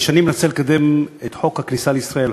אני שנים מנסה לקדם את חוק הכניסה לישראל,